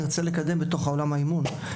נרצה לקדם בתוך עולם האימון.